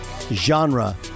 genre